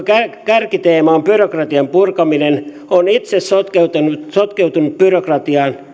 kärkiteema on byrokratian purkaminen on itse sotkeutunut sotkeutunut byrokratiaan